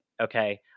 Okay